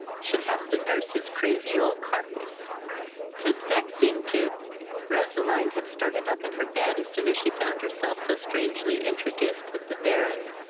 should have to nurse his crazy old carcase tis vexing to roseline had started up in her bed as soon as she found herself so strangely introduced with the baron,